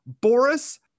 Boris